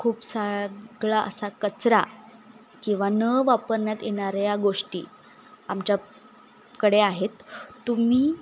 खूप सगळा असा कचरा किंवा न वापरण्यात येणाऱ्या या गोष्टी आमच्याकडे आहेत तुम्ही